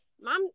mom